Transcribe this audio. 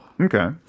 Okay